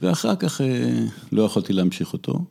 ‫ואחר כך לא יכולתי להמשיך אותו.